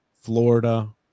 Florida